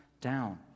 down